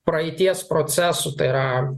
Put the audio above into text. praeities procesų tai yra